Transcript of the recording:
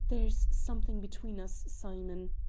there's something between us, simon,